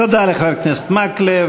תודה רבה לחבר הכנסת אורי מקלב.